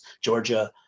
Georgia